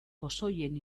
pozoien